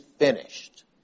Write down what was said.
finished